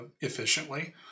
efficiently